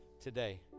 today